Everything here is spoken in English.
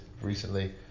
recently